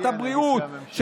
את הבריאות,